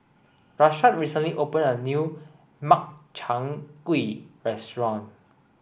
Rashad recently opened a new Makchang Gui restaurant